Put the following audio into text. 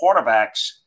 quarterbacks